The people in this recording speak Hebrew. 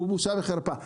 הוא בושה וחרפה.